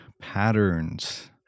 patterns